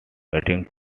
waiting